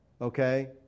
okay